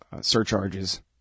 surcharges